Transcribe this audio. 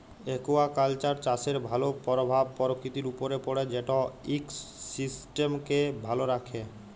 aquaculture চাষের ভালো পরভাব পরকিতির উপরে পড়ে যেট ইকসিস্টেমকে ভালো রাখ্যে